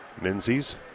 Menzies